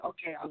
Okay